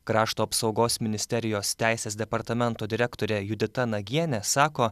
krašto apsaugos ministerijos teisės departamento direktorė judita nagienė sako